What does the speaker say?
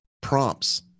prompts